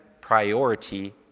priority